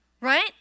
right